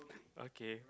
okay